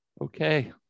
okay